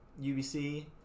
UBC